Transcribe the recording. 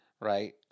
right